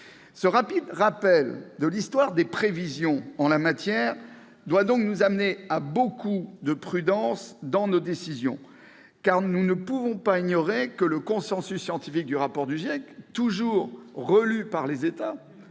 Ce rapide rappel de l'histoire des prévisions en la matière doit donc nous amener à beaucoup de prudence dans nos décisions, car nous ne pouvons pas ignorer que le consensus scientifique du rapport du GIEC, relu, comme toujours, par les États,